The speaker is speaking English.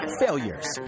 failures